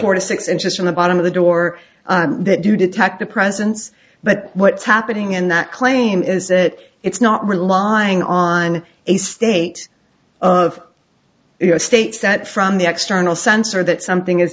four to six inches from the bottom of the door that do detect the presence but what's happening in that claim is that it's not relying on a state of states that from the external sensor that something is